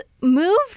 moved